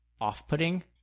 off-putting